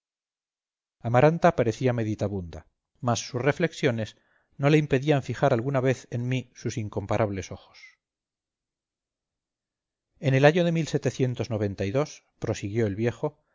amaranta parecía meditabunda mas sus reflexiones no le impedían fijar alguna vez en mí sus incomparables ojos en el año de prosiguió el viejo